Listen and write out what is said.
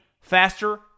faster